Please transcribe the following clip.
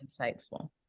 insightful